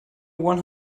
one